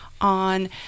on